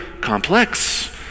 complex